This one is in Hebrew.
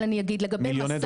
אבל אני אגיד לגבי 'מסע'